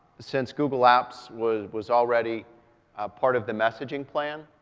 since google apps was was already part of the messaging plan,